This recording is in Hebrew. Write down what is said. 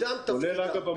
כולל אגב,